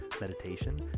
meditation